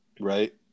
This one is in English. right